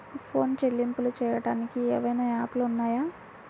Phone చెల్లింపులు చెయ్యటానికి ఏవైనా యాప్లు ఉన్నాయా?